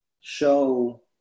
show